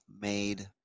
made